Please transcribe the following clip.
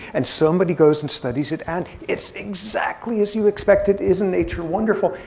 and somebody goes and studies it, and it's exactly as you expect it. isn't nature wonderful?